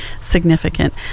significant